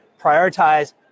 prioritize